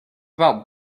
about